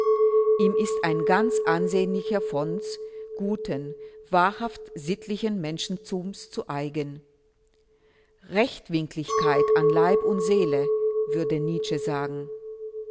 ihm ist ein ganz ansehnlicher fonds guten wahrhaft sittlichen menschentums zu eigen rechtwinkligkeit an leib und seele würde nietzsche sagen